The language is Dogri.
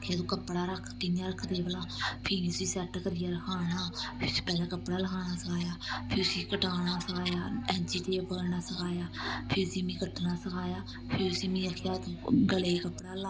फिर कपड़ा रक्ख कि'यां रक्खदे भला फ्ही उसी सैट करियै रखाना उसी पैह्लें कपड़ा रखाना सखाया फ्ही उसी कटाना सखाया ऐंची टेप पकड़ना सखाया फ्ही उसी मी कट्टना सखाया फ्ही उसी मिगी आखेआ गले गी कपड़ा ला